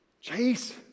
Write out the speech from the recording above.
Chase